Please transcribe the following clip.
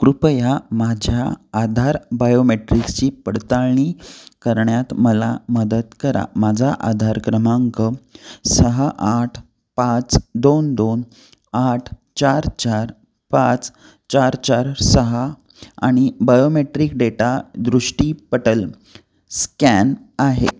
कृपया माझ्या आधार बायोमेट्रिक्ची पडताळणी करण्यात मला मदत करा माझा आधार क्रमांक सहा आठ पाच दोन दोन आठ चार चार पाच चार चार सहा आणि बायोमेट्रिक डेटा दृष्टीपटल स्कॅन आहे